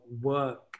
work